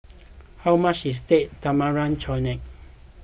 how much is Date Tamarind Chutney